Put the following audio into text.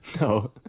No